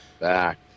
back